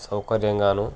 సౌకర్యంగాను